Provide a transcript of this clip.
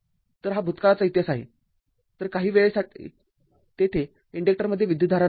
तर हा भूतकाळाचा इतिहास आहे तर काही वेळासाठी तेथे इन्डक्टरमध्ये विद्युतधारा नव्हती